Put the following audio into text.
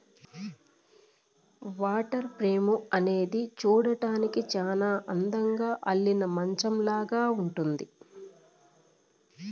water frame అనేది చూడ్డానికి చానా అందంగా అల్లిన మంచాలాగా ఉంటుంది